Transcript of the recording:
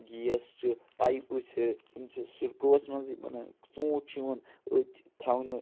gas چھِ پایِپہٕ چھِ یِم چھِ سِڑکوہَس منٛزٕے بَنان یِم ژوٗںٛٹھۍ چھِ یِوان أتھۍ تھاونہٕ